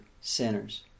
sinners